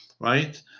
right